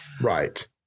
Right